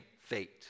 fate